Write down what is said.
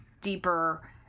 deeper